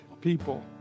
people